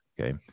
okay